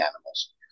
animals